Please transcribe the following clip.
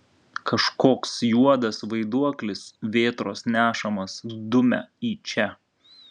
kažkoks juodas vaiduoklis vėtros nešamas dumia į čia